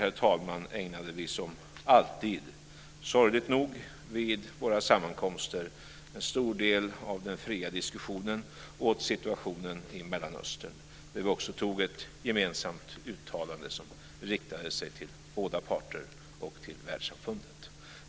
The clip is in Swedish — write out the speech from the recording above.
Därutöver ägnade vi som alltid vid våra sammankomster, sorgligt nog, en stor del av den fria diskussionen åt situationen i Mellanöstern. Vi fattade också beslut om ett gemensamt uttalande som riktade sig till båda parter och till världssamfundet.